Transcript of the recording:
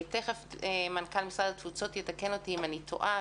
תיכף מנכ"ל משרד התפוצות יתקן אותי אם אני טועה,